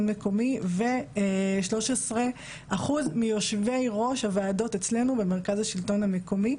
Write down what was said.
מקומי ו-13% מיושבי-ראש הוועדות אצלנו במרכז השלטון המקומי.